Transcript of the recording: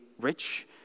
rich